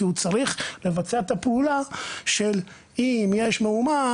כי הוא צריך לבצע את הפעולה שאם יש מאומת,